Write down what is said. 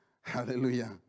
Hallelujah